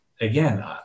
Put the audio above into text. Again